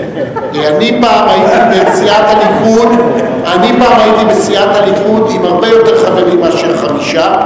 אני פעם הייתי בסיעת הליכוד עם הרבה יותר חברים מאשר חמישה,